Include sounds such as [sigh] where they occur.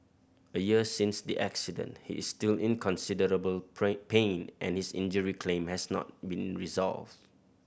a year since the accident he is still in considerable [unintelligible] pain and his injury claim has not been resolved